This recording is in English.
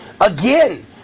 Again